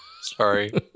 Sorry